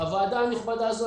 הוועדה הנכבדה הזו,